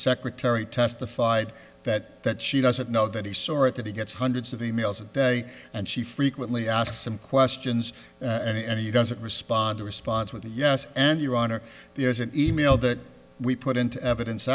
secretary testified that that she doesn't know that he sort that he gets hundreds of e mails a day and she frequently asked some questions and he doesn't respond to responds with yes and your honor there's an e mail that we put into evidence